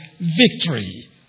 victory